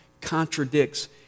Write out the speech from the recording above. contradicts